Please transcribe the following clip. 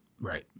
right